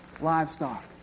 livestock